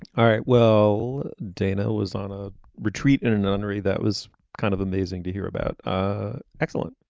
all right well dana was on a retreat in a nunnery that was kind of amazing to hear about. ah excellent.